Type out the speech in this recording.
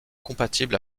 compatible